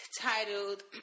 titled